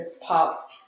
pop